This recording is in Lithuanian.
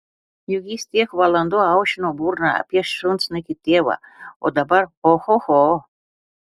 juk jis tiek valandų aušino burną apie šunsnukį tėvą o dabar ohoho